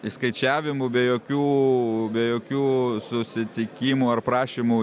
išskaičiavimų be jokių be jokių susitikimų ar prašymų